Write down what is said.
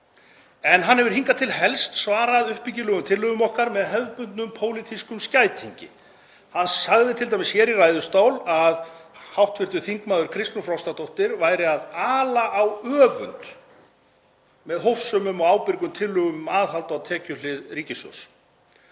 en hann hefur hingað til helst svarað uppbyggilegum tillögum okkar með hefðbundnum pólitískum skætingi. Hann sagði t.d. hér í ræðustól að hv. þm. Kristrún Frostadóttir væri að ala á öfund með hófsömum og ábyrgum tillögum um aðhald á tekjuhlið ríkissjóðs.